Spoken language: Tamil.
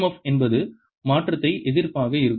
எஃப் என்பது மாற்றத்தை எதிர்ப்பதாக இருக்கும்